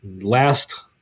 Last